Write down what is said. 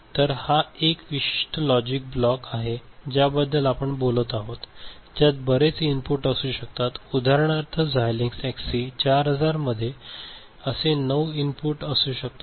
तर हा एक विशिष्ट लॉजिक ब्लॉक आहे ज्याबद्दल आपण बोलत आहोत ज्यात बरेच इनपुट असू शकतात उदाहरणार्थ झायलिन्क्स एक्ससी 4000 मध्ये असे नऊ इनपुट असू शकतात